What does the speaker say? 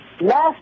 last